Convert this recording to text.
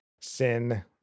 sin